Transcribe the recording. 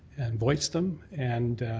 and voice them and